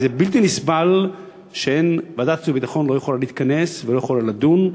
כי זה בלתי נסבל שוועדת חוץ וביטחון לא יכולה להתכנס ולא יכולה לדון.